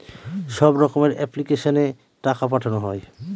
সব রকমের এপ্লিক্যাশনে টাকা পাঠানো হয়